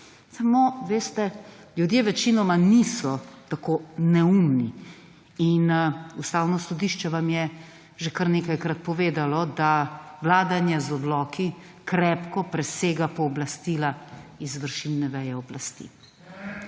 Samo veste, ljudje večinoma niso tako neumni in Ustavno sodišče vam je že kar nekajkrat povedalo, da vladanje z odloki krepko presega pooblastila izvršilne veje oblasti.